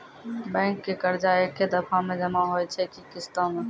Bank के कर्जा ऐकै दफ़ा मे जमा होय छै कि किस्तो मे?